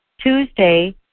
Tuesday